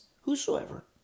whosoever